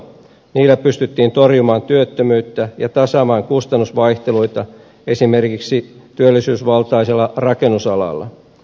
niillä pystyttiin torjumaan työttömyyttä ja tasaamaan kustannusvaihteluita esimerkiksi työllisyysvaltaisella rakennusalalla